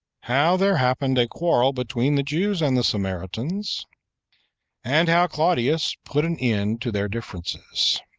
how there happened a quarrel between the jews and the samaritans and how claudius put an end to their differences.